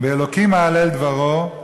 "באלוקים אהלל דברו";